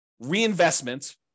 reinvestment